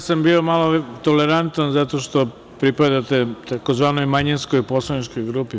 Ja sam bio malo tolerantan zato što pripadate tzv. manjinskoj poslaničkoj grupi.